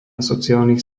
sociálnych